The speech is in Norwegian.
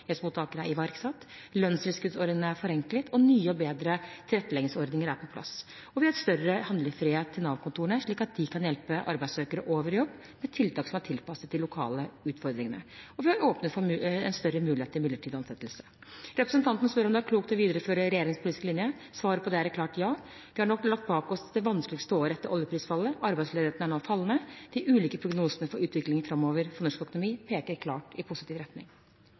er iverksatt. Lønnstilskuddsordningene er forenklet, og nye og bedre tilretteleggingsordninger er på plass. Vi har gitt større handlefrihet til Nav-kontorene, slik at de kan hjelpe arbeidssøkere over i jobb med tiltak som er tilpasset de lokale utfordringene. Vi har åpnet for en større mulighet til midlertidig ansettelse. Representanten spør om det er klokt å videreføre regjeringens politiske linje. Svaret på det er et klart ja. Vi har nå lagt bak oss det vanskeligste året etter oljeprisfallet. Arbeidsledigheten er nå fallende. De ulike prognosene for utviklingen framover for norsk økonomi peker klart i positiv retning.